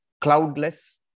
cloudless